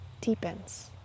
deepens